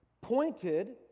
pointed